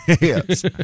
Yes